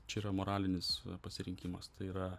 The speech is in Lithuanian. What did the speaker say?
čia yra moralinis pasirinkimas tai yra